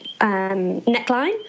neckline